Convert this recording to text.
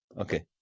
Okay